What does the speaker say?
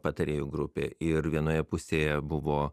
patarėjų grupė ir vienoje pusėje buvo